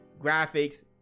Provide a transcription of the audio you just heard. graphics